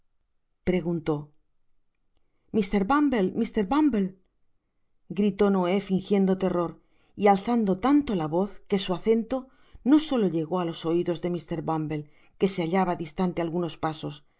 mr bumble mr bumble gritó noé fingien do terror y alzando tanto la voz que su acento no solo llegó á los oidos de mr btsmble que se hallaba distante algunos pasos si